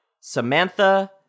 Samantha